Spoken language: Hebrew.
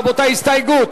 רבותי, הסתייגות.